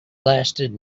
lasted